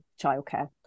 childcare